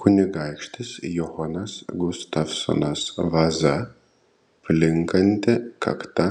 kunigaikštis johanas gustavsonas vaza plinkanti kakta